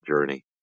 journey